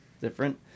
different